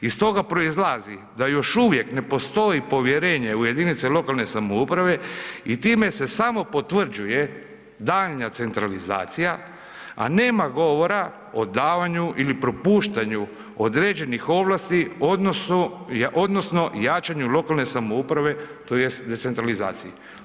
Iz toga proizlazi da još uvijek ne postoji povjerenje u jedinice lokalne samouprave i time se samo potvrđuje daljnja centralizacija a nema govora o davanju ili propuštanju određenih ovlasti odnosno jačanju lokalne samouprave tj. decentralizaciji.